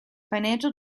financial